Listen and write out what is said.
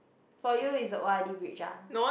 for you is the O_R_D bridge ah